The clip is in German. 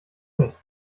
nicht